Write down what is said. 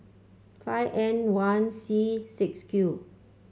five N one C six Q